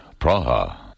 Praha